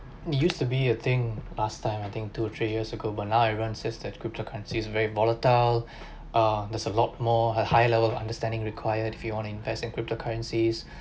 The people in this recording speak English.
it used to be a thing last time I think two three years ago but now everyone insist that crypto currencies is very volatile ah there's a lot more hi~ high level of understanding required if you want to invest in crypto currencies